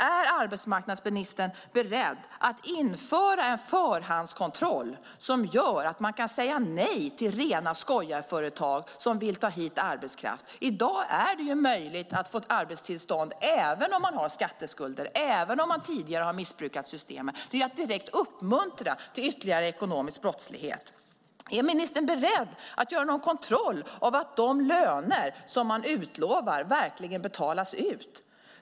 Är arbetsmarknadsministern beredd att införa en förhandskontroll som gör att man kan säga nej till rena skojarföretag som vill ta hit arbetskraft? I dag är det ju möjligt att få arbetstillstånd även om man har skatteskulder och även om man tidigare har missbrukat systemet. Det är att direkt uppmuntra till ytterligare ekonomisk brottslighet. Är ministern beredd att göra någon kontroll av att de löner som utlovas verkligen betalas ut?